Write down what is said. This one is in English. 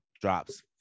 drops